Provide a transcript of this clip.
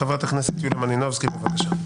חברת הכנסת יוליה מלינובסקי, בבקשה.